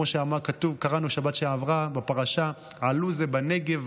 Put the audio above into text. כמו שקראנו בשבת שעברה בפרשה: "עלו זה בנגב,